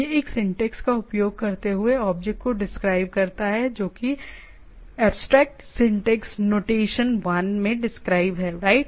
यह एक सिंटेक्स का उपयोग करते हुए ऑब्जेक्ट को डिस्क्राइब करता है जो कि एब्स्ट्रेक्ट सिंटेक्स नोटेशन 1 में डिस्क्राइब है राइट